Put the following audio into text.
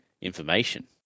information